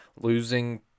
Losing